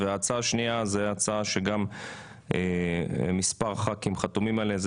וההצעה השנייה זו הצעה שגם מספר ח"כים חתומים עליה והיא: